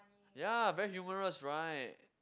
ya very humorous right